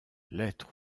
lettre